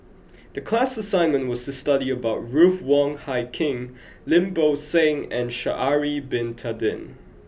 the class assignment was study about Ruth Wong Hie King Lim Bo Seng and Sha'ari Bin Tadin